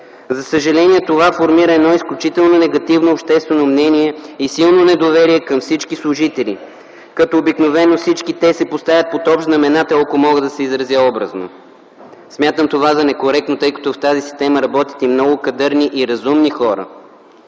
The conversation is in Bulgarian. За съжаление, това формира едно изключително негативно обществено мнение и силно недоверие към всички служители, като обикновено всички те се поставят под общ знаменател, ако мога да се изразя образно. Смятам това за некоректно, тъй като в тази система работят и много кадърни и разумни хора,